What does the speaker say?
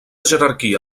jerarquia